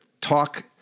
talk